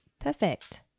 perfect